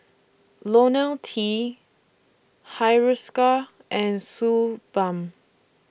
Ionil T Hiruscar and Suu Balm